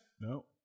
No